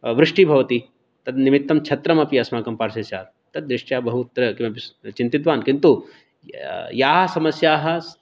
वृष्टिः भवति तद् निमित्तं छत्रमपि अस्माकं पार्श्वे स्यात् तद् दृष्ट्या बहुत्र किमपि चिन्तितवान् किन्तु याः समस्याः